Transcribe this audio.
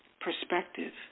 perspective